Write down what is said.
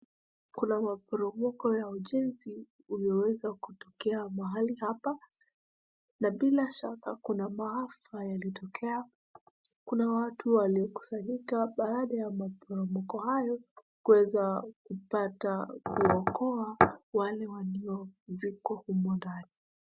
Kuna maporomoko ya ujenzi ulioweza kutokea mahali hapa. Na bila shaka kuna maafa yalitokea, kuna watu waliokusanyika baada ya maporomoko hayo kuweza kupata kuokoa wale waliozikwa humo ndani.